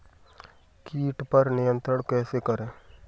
कीट पर नियंत्रण कैसे करें?